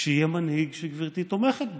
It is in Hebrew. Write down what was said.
כשיהיה מנהיג שגברתי תומכת בו.